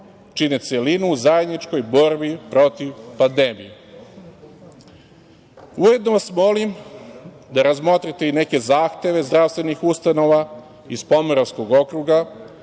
čine celinu u zajedničkoj borbi protiv pandemije. Ujedno vas molim da razmotrite i neke zahteve zdravstvenih ustanova iz Pomoravskog okruga,